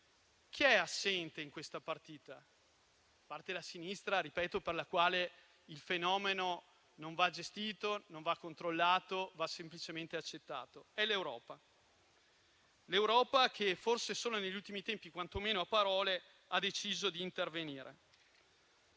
Chi è assente in questa partita, a parte la sinistra - ripeto - per la quale il fenomeno non va gestito, non va controllato, ma semplicemente accettato? È l'Europa, che forse solo negli ultimi tempi - quantomeno a parole - ha deciso di intervenire.